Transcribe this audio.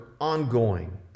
ongoing